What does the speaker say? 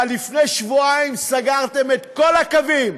אבל לפני שבועיים סגרתם את כל הקווים.